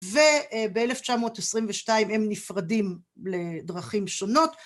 וב-1922 הם נפרדים לדרכים שונות